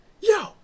yo